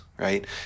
right